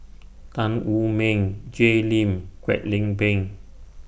Tan Wu Meng Jay Lim Kwek Leng Beng